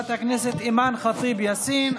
חברת הכנסת אימאן ח'טיב יאסין.